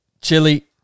chili